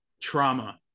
trauma